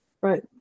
Right